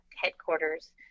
headquarters